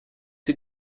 sie